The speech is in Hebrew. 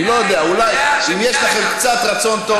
אני לא יודע, אולי, אם יש לכם קצת רצון טוב.